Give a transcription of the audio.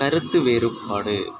கருத்து வேறுபாடு